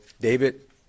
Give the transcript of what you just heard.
David